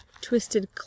twisted